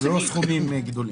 לא סכומים גדולים.